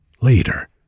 later